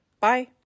Bye